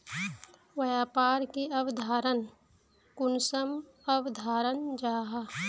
व्यापार की अवधारण कुंसम अवधारण जाहा?